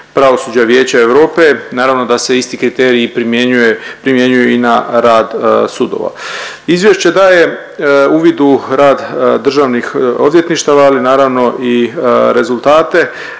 pravosuđa Vijeća Europe, naravno da se isti kriteriji primjenjuju i na rad sudova. Izvješće daje uvid u rad državnih odvjetništava, ali naravno i rezultate